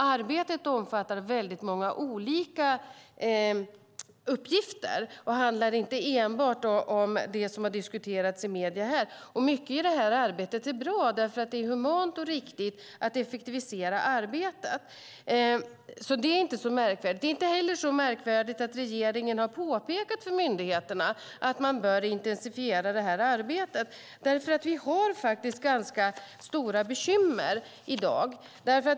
Arbetet omfattar väldigt många olika uppgifter och handlar inte enbart om det som har diskuterats i medierna. Mycket av arbetet är bra, för det är humant och riktigt att effektivisera arbetet. Det är inte så märkvärdigt. Det är inte heller så märkvärdigt att regeringen har påpekat för myndigheterna att man bör intensifiera det här arbetet. Vi har ju ganska stora bekymmer i dag.